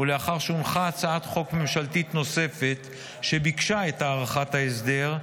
לאחר שהונחה הצעת חוק ממשלתית נוספת שביקשה את הארכת ההסדר,